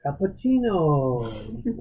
cappuccino